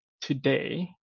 today